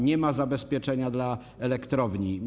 Nie ma zabezpieczenia dla elektrowni.